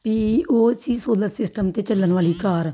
ਵੀ ਉਹ ਸੀ solar system 'ਤੇ ਚੱਲਣ ਵਾਲੀ ਕਾਰ